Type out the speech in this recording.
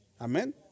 Amen